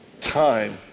time